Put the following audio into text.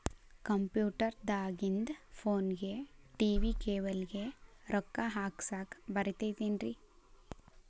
Computer ದಾಗಿಂದ್ ಫೋನ್ಗೆ, TV cable ಗೆ, ರೊಕ್ಕಾ ಹಾಕಸಾಕ್ ಬರತೈತೇನ್ರೇ?